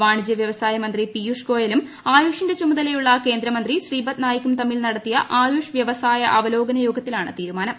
വാണിജ്യ വ്യവസായ മന്ത്രി പിയുഷ് ഗോയാലും ആയുഷിന്റെ ചുമതലയുള്ള കേന്ദ്രമന്ത്രി ശ്രീപദ്നായിക്കും തമ്മിൽ ് നിട്ടത്തിയ ആയുഷ് വ്യവസായ അവലോകന യോഗത്തിലൂട്ണ്ട് ് തീരുമാനം